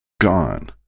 Gone